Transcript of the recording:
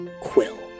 quill